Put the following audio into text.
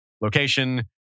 location